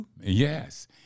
Yes